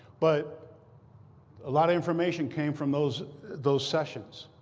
but a lot of information came from those those sessions.